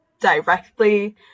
directly